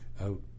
out